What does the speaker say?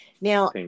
Now